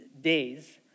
days